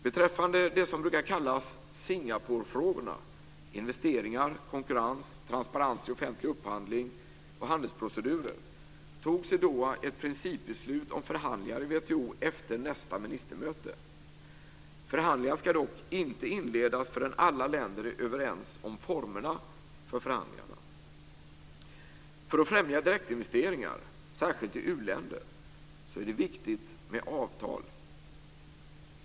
Beträffande det som brukar kallas Singaporefrågorna - investeringar, konkurrens, transparens i offentlig upphandling och handelsprocedurer - fattades i Doha ett principbeslut om förhandlingar i WTO efter nästa ministermöte. Förhandlingar ska dock inte inledas förrän alla länder är överens om formerna för förhandlingarna. För att främja direktinvesteringar, särskilt i uländer, är det viktigt med avtal.